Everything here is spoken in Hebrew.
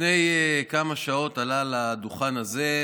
לפני כמה שעות עלה לדוכן הזה,